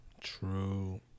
True